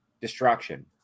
destruction